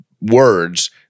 words